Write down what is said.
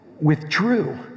withdrew